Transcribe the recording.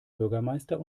bürgermeister